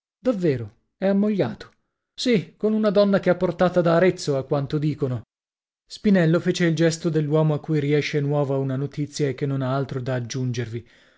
davvero è ammogliato sì con una donna che ha portata da arezzo a quanto dicono spinello fece il gesto dell'uomo a cui riesce nuova una notizia e che non ha altro da aggiungervi